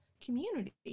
community